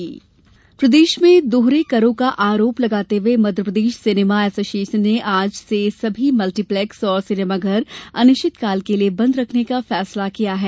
cinema बंद प्रदेश में दोहरे करों का आरोप लगाते हुए मध्यप्रदेश सिनेमा ऐसोसिएशन ने आज से सभी मल्टीप्लेक्स और सिनेमाघर अनिश्चितकाल के लिए बंद रखने का फैसला किया है